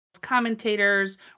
commentators